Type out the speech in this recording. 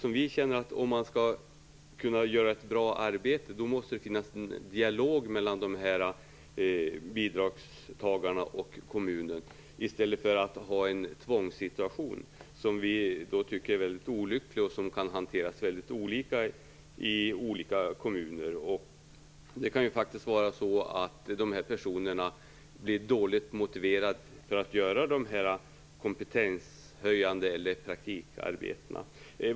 Om man skall kunna göra ett bra arbete, känner vi att det måste finnas en dialog mellan bidragstagarna och kommunen i stället för att man har en tvångssituation. Det tycker vi är litet olyckligt, och det kan hanteras väldigt olika i olika kommuner. Det kan ju vara så att de här personerna blir dåligt motiverade för att utföra de här kompetenshöjande arbetena, eller praktikarbetena.